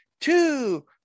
two